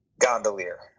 Gondolier